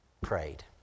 prayed